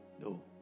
No